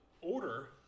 order